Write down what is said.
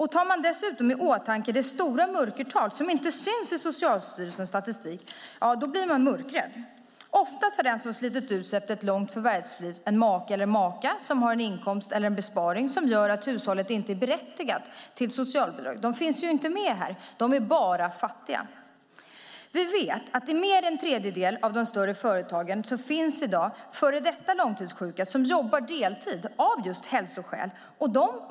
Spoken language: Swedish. Har man dessutom i åtanke det stora mörkertal som inte syns i Socialstyrelsens statistik blir man mörkrädd. Ofta har den som slitit ut sig efter ett långt förvärvsliv en make eller maka som har en inkomst eller besparing som gör att hushållet inte är berättigat till socialbidrag. Dessa finns inte med; de är bara fattiga. Vi vet att det i mer än en tredjedel av de större företagen finns före detta långtidssjuka som jobbar deltid av hälsoskäl.